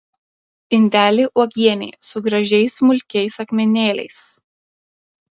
indelį uogienei su gražiais smulkiais akmenėliais